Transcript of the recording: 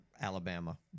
Alabama